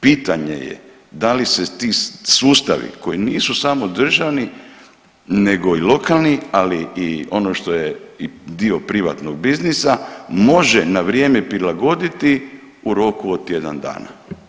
Pitanje je da li se ti sustavi koji nisu samo državni nego i lokalni, ali i ono što je dio privatnog biznisa može na vrijeme prilagoditi u roku od tjedan dana?